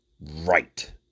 right